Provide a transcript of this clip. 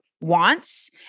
wants